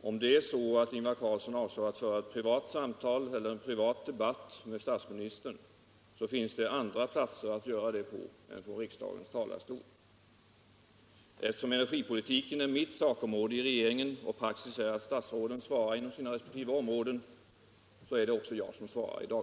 Om det är så att Ingvar Carlsson avsåg att föra en privat debatt med statsministern, så finns det andra platser att göra det på än i riksdagens talarstol. Eftersom energipolitiken är mitt sakområde i regeringen och praxis är att statsråden svarar inom sina resp. områden är det också jag som svarar i dag.